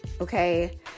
okay